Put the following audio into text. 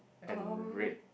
and red